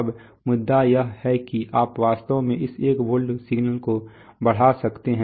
अब मुद्दा यह है कि आप वास्तव में इस 1 वोल्ट सिग्नल को बढ़ा सकते हैं